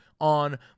on